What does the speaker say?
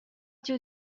giu